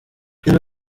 yari